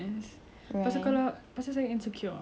whatever people say about me I tend to believe it's true